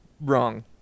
wrong